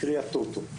קרי הטוטו.